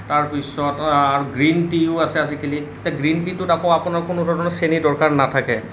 তাৰ পিছত গ্ৰীণ টিও আছে আজিকালি এতিয়া গ্ৰীণ টিটোত আকৌ আপোনাৰ কোনো ধৰণৰ চেনীৰ দৰকাৰ নাথাকে